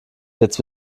jetzt